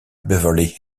beverly